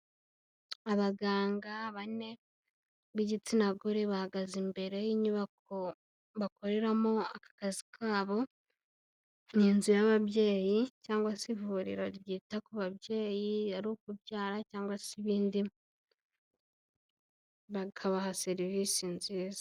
Abaganga bane, b'igitsina gore bahagaze imbere y'inyubako bakoreramo akazi kabo, ni inzu y'ababyeyi, cyangwa se ivuriro ryita ku babyeyi, ari ukubyara cyangwa se ibindi, bakabaha serivisi nziza.